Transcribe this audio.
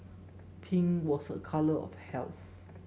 pink was a colour of health